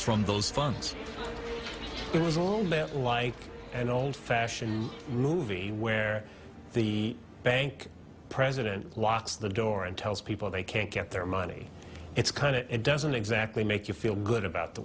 from those funds it was all that like an old fashioned movie where the bank president locks the door and tells people they can't get their money it's kind of it doesn't exactly make you feel good about the